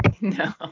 No